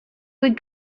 would